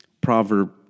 proverb